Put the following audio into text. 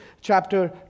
chapter